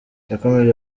yakomeje